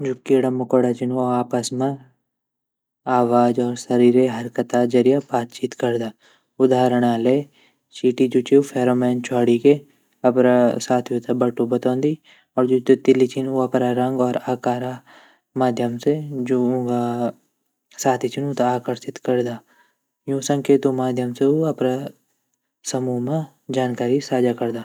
जू बिल्ली वंदी ऊँ त अकेला रोण और शांत रोण पसंद ची जबकि जू कुत्ता वंदा ऊँ त सामाजिक और दोस्ती ववा वंदा जू बिल्ली छीन ऊ चुप रौंदी और जू कुत्ता छीन ऊ भौंकदा छीन जू कुत्ता वोंदा ऊँ त साफ़ कन पड़दू और जू बिल्ली वंदी ऊ अफ़ी आप खुदता साफ़ राखदा।